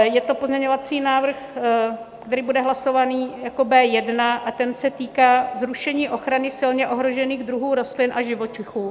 Je to pozměňovací návrh, který bude hlasovaný jako B1, a ten se týká zrušení ochrany silně ohrožených druhů rostlin a živočichů.